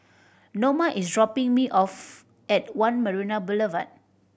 Noma is dropping me off at One Marina Boulevard